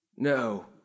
No